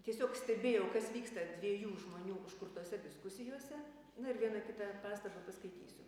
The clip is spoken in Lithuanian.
tiesiog stebėjau kas vyksta dviejų žmonių užkurtose diskusijose na ir vieną kitą pastabą paskaitysiu